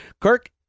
kirk